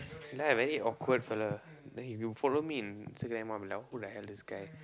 then I very awkward fella then if you follow me in Instagram I will be who the hell this guy